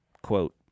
Quote